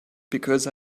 because